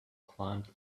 climbed